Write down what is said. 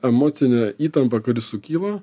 emocinė įtampa kuri sukyla